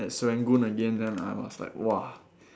at Serangoon again then I was like !wah!